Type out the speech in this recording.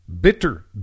bitter